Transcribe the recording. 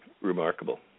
remarkable